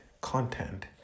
content